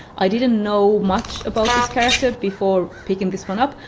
i didn't know much about this character before picking this one up,